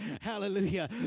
Hallelujah